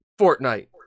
Fortnite